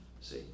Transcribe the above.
See